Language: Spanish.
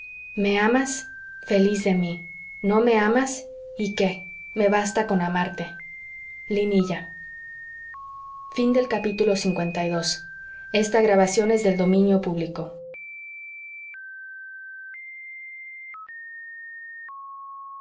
me amas feliz de mi no me amas y qué me basta con amarte linilla